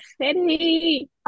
City